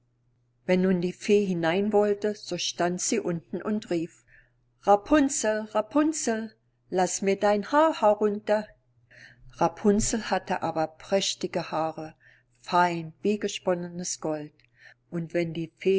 wenn nun die fee hinein wollte so stand sie unten und rief rapunzel rapunzel laß mir dein haar herunter rapunzel hatte aber prächtige haare fein wie gesponnen gold und wenn die